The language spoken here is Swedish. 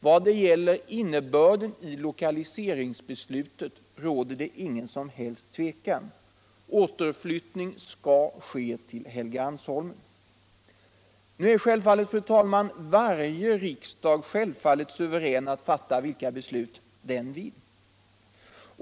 När det gäller innebörden i lokaliseringsbeslutet råder dock ingen som helst tvekan: återflyttning skall ske till Helgeandsholmen. Nu är varje riksdag suverän att fatta vilka beslut den vill.